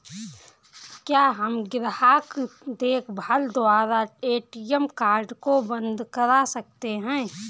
क्या हम ग्राहक देखभाल द्वारा ए.टी.एम कार्ड को बंद करा सकते हैं?